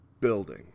building